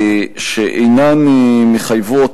שאינן מחייבות